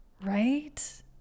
right